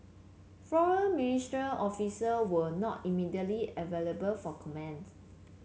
foreign ministry official were not immediately available for comments